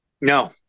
No